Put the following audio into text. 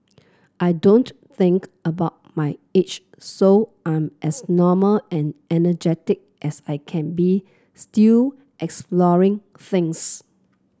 I don't think about my age so I'm as normal and energetic as I can be still exploring things